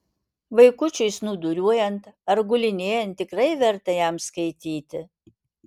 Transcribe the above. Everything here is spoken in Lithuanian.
vaikučiui snūduriuojant ar gulinėjant tikrai verta jam skaityti